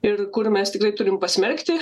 ir kur mes tikrai turim pasmerkti